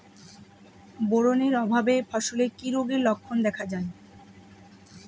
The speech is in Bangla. বোরন এর অভাবে ফসলে কি রোগের লক্ষণ দেখা যায়?